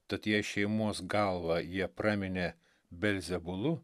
tad jei šeimos galvą jie praminė belzebulu